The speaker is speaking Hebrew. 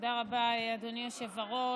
תודה רבה, אדוני היושב-ראש.